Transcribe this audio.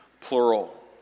plural